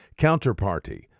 Counterparty